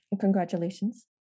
Congratulations